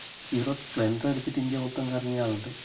hero സ്പ്ലെൻഡറെടുത്തിട്ട് India മൊത്തം കറങ്ങിയ ആളുണ്ട്